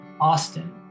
Austin